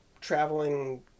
traveling